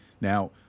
Now